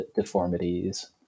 deformities